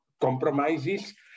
compromises